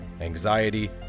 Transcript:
anxiety